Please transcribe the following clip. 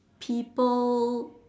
people